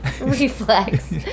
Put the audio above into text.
reflex